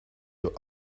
your